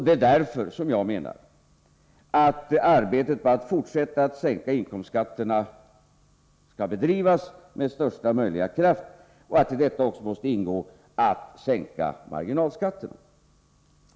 Det är därför som jag menar att det fortsatta arbetet med att sänka inkomstskatterna skall bedrivas med största möjliga kraft och att i detta också måste ingå att sänka marginalskatterna.